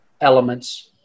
elements